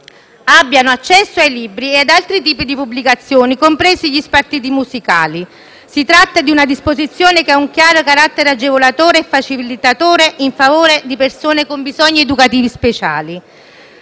abbiano accesso ai libri e ad altri tipi di pubblicazioni, compresi gli spartiti musicali. Si tratta di una disposizione che ha un chiaro carattere agevolatore e facilitatore in favore di persone con bisogni educativi speciali.